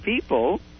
people